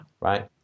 Right